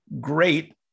great